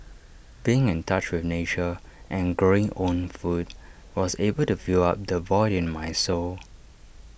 being in touch with nature and growing own food was able to fill up the void in my soul